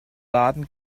laden